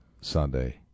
Sunday